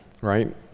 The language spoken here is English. right